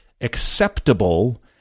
acceptable